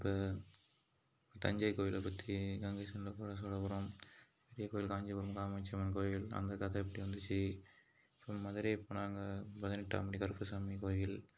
இப்போ தஞ்சை கோவிலை பற்றி கங்கை கொண்ட சோழபுரம் பெரிய கோவில் காஞ்சிபுரம் காமாட்சி அம்மன் கோவில் அந்த கதை எப்படி வந்துச்சு அப்புறம் மதுரை போனால் அங்கே பதினெட்டாம் படி கருப்பு சாமி கோவில்